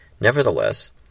Nevertheless